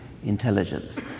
intelligence